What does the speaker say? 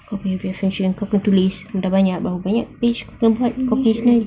okay reflection kau kena tulis dah banyak berapa banyak page reflect